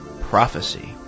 prophecy